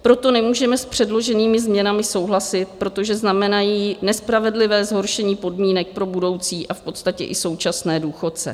Proto nemůžeme s předloženými změnami souhlasit, protože znamenají nespravedlivé zhoršení podmínek pro budoucí a v podstatě i současné důchodce.